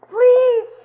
Please